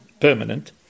permanent